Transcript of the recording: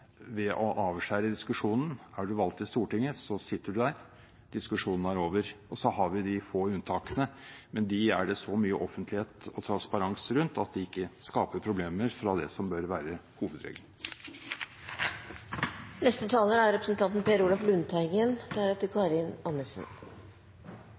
ved å avskjære diskusjonen: Er man valgt til Stortinget, så sitter man der; diskusjonen er over. Så har vi de få unntakene – fra det som bør være hovedregelen, men dem er det så mye offentlighet og transparens rundt at de ikke skaper problemer.